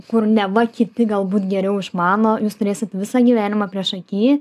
kur neva kiti galbūt geriau išmano jūs turėsit visą gyvenimą priešaky